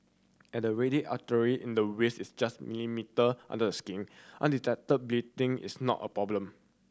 as the radial artery in the wrist is just millimetre under the skin undetected bleeding is not a problem